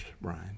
Brian